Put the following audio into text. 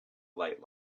light